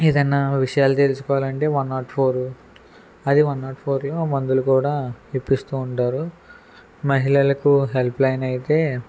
ఏదన్నా విషయాలు తెలుసుకోవాలంటే వన్ నాట్ ఫోరు అదే వన్ నాట్ ఫోర్లో మందులు గూడా ఇప్పిస్తూ ఉంటారు మహిళలకు హెల్ప్లైన్ అయితే